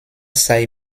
sei